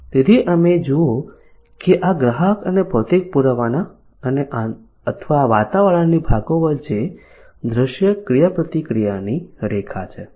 તેથી અમે જુઓ કે આ ગ્રાહક અને ભૌતિક પૂરાવાના અથવા વાતાવરણની ભાગો વચ્ચે દ્રશ્ય ક્રિયાપ્રતિક્રિયા ની રેખા છે